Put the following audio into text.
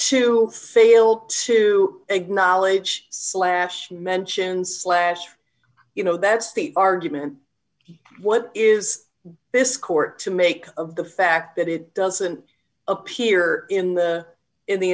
to fail to acknowledge slash mentioned slash you know that's the argument here what is this court to make of the fact that it doesn't appear in the in the